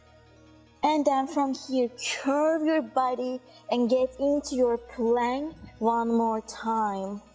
and then from here curve your body and get into your plank one more time,